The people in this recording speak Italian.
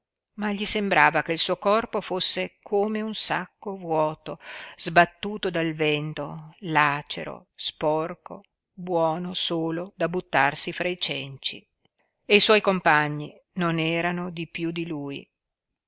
ma gli sembrava che il suo corpo fosse come un sacco vuoto sbattuto dal vento lacero sporco buono solo da buttarsi fra i cenci e i suoi compagni non erano di piú di lui